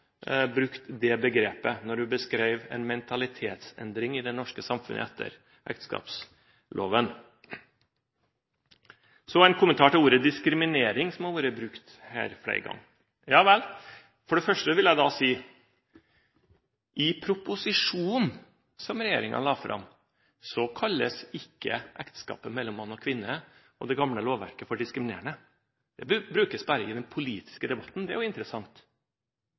det begrepet da hun beskrev en mentalitetsendring i det norske samfunnet etter ekteskapsloven. Så en kommentar til ordet «diskriminering», som har vært brukt her flere ganger. For det første vil jeg da si: I proposisjonen som regjeringen la fram, kalles ikke ekteskapet mellom mann og kvinne og det gamle lovverket diskriminerende. Det brukes bare i den politiske debatten. Det er jo interessant.